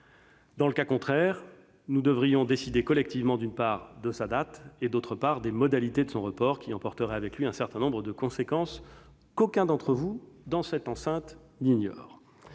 Dans le cas contraire, nous devrions décider collectivement, d'une part, de sa date et, d'autre part, des modalités de son report, report qui emporterait avec lui un certain nombre de conséquences que personne ici n'ignore.